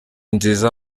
nziza